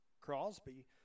Crosby